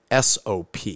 SOP